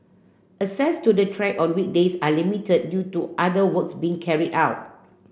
access to the track on weekdays are limited due to other works being carried out